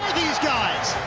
guys?